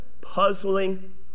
puzzling